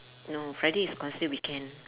no friday is considered weekend